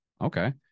Okay